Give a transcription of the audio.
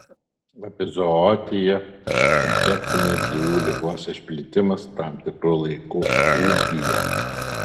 epizootija infekcinės gyvulių ligos išplitimas tam tikru laiku ūkyje